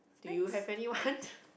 do you have anyone